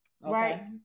Right